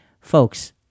Folks